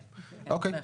כן, בהחלט.